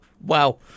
Wow